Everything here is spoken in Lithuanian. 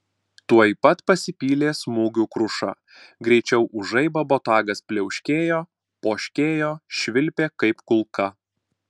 tuoj pat pasipylė smūgių kruša greičiau už žaibą botagas pliauškėjo poškėjo švilpė kaip kulka